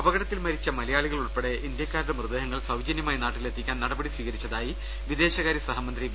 അപകടത്തിൽ മരിച്ച മലയാളികൾ ഉൾപ്പെടെ ഇന്ത്യക്കാ രുടെ മൃതദേഹങ്ങൾ സൌജന്യമായി നാട്ടിലെത്തിക്കാൻ നട പടി സ്വീകരിച്ചതായി വിദേശകാര്യ സഹ്മന്ത്രി വി